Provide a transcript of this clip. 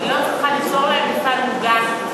הממשלה לא צריכה ליצור להם מפעל מוגן.